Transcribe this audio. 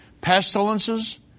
pestilences